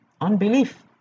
unbelief